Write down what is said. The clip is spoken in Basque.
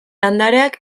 landareak